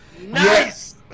Nice